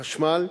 חשמל,